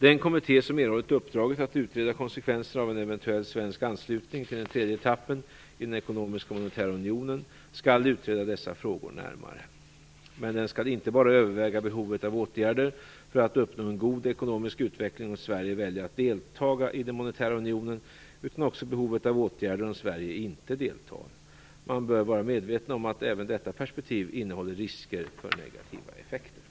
Den kommitté som erhållit uppdraget att utreda konsekvenserna av en eventuell svensk anslutning till den tredje etappen i den ekonomiska och monetära unionen skall utreda dessa frågor närmare. Men den skall inte bara överväga behovet av åtgärder för att uppnå en god ekonomisk utveckling, om Sverige väljer att delta i den monetära unionen, utan också behovet av åtgärder om Sverige inte deltar. Man bör vara medveten om att även detta perspektiv innehåller risker för negativa effekter.